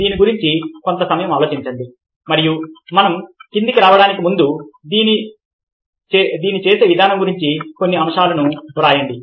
దీని గురించి కొంత సమయం ఆలోచించండి మరియు మనం క్రిందికి రావడానికి ముందు మనం దీన్ని చేసే విధానం గురించి కొన్ని అంశాలను వ్రాయండి